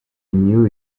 knew